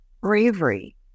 bravery